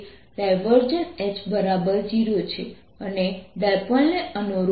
H0 અને ડાયપોલને અનુરૂપ HJfree છે